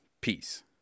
Peace